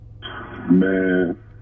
Man